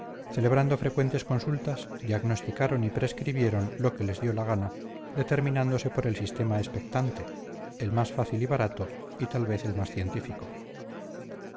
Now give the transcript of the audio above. celebrando frecuentes consultas diagnosticaron y prescribieron lo que les dio la gana determinándose por el sistema expectante el más fácil y barato y tal vez el más científico